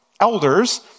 elders